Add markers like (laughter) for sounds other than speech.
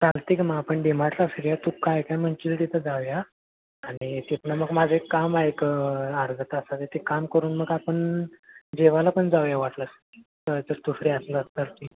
चालतं आहे की मग आपण डि मार्टला फिरूया तू कायकाय म्हणशील तिथं जाऊया आणि तिथनं मग माझं एक काम आहे एक अर्ध्या तासाचं ते काम करून मग आपण जेवायला पण जाऊया वाटलंस तर जर तू फ्री असलास तर (unintelligible)